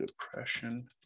depression